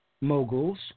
moguls